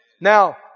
Now